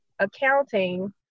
accounting